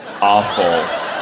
awful